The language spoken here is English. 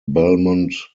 belmont